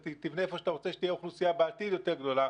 אז תבנה איפה שאתה רוצה שתהיה אוכלוסייה יותר גדולה